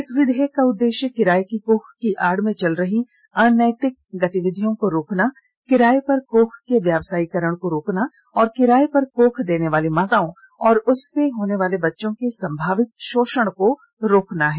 इस विधेयक का उद्देश्य किराए की कोख की आड़ में चल रही अनैतिक गतिविधियों को रोकना किराए पर कोख के व्यावसायीकरण को रोकना और किराए पर कोख देने वाली माताओं और उससे होने वाले बच्चों के संभावित शोषण को रोकना है